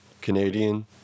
Canadian